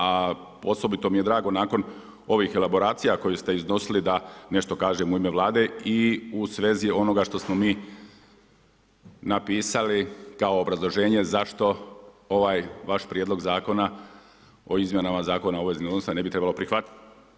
A osobito mi je drago nakon ovih elaboracija koje ste iznosili da nešto kažem u ime Vlade i u svezi onoga što smo mi napisali kao obrazloženje zašto ovaj vaš Prijedlog zakona o izmjenama Zakona o obaveznim odnosima ne bi trebalo prihvatiti.